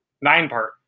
Nine-part